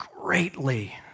greatly